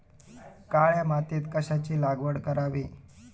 काळ्या मातीत कशाची लागवड करावी?